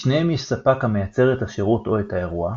בשניהם יש ספק המיצר את השירות או את האירוע.